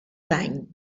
dany